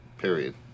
Period